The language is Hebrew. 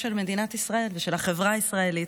של מדינת ישראל ושל החברה הישראלית,